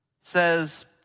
says